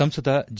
ಸಂಸದ ಜಿ